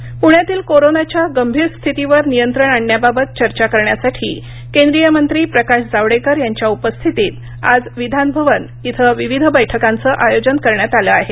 जावडेकर पूण्यातील कोरोनाच्या गंभीर स्थितीवर नियंत्रण आणण्याबाबत चर्चा करण्यासाठी केंद्रीय मंत्री प्रकाश जावडेकर यांच्या उपस्थितीत आज विधान भवन इथं विविध बैठकांचं आयोजन करण्यात आलं आहे